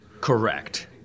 Correct